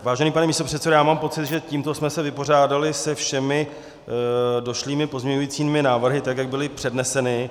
Vážený pane místopředsedo, mám pocit, že tímto jsme se vypořádali se všemi došlými pozměňovacími návrhy, jak byly předneseny.